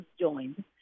joined